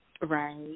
Right